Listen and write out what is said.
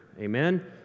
Amen